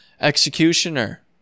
executioner